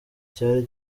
cyari